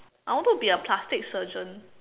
I want to be a plastic surgeon